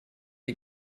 die